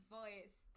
voice